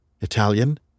Italian